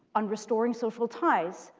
on restoring social ties,